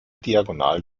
diagonal